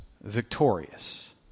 victorious